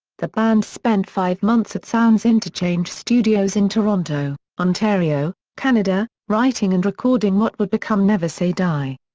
the band spent five months at sounds interchange studios in toronto, ontario, canada, writing and recording what would become never say die!